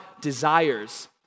desires